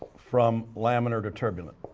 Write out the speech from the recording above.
from laminar to turbulent.